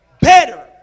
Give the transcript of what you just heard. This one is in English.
better